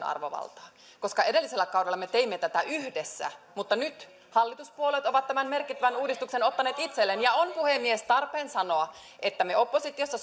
arvovaltaa koska edellisellä kaudella me teimme tätä yhdessä mutta nyt hallituspuolueet ovat tämän merkittävän uudistuksen ottaneet itselleen ja on puhemies tarpeen sanoa että oppositiossa